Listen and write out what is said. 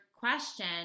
question